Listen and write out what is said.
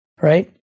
right